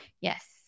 yes